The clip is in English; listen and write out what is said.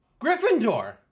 Gryffindor